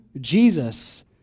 Jesus